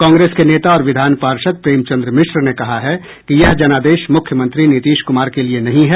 कांग्रेस के नेता और विधान पार्षद प्रेम चंद्र मिश्र ने कहा है कि यह जनादेश मुख्यमंत्री नीतीश कुमार के लिए नहीं है